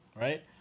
right